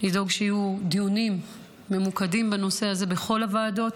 לדאוג שיהיו דיונים ממוקדים בנושא הזה בכל הוועדות.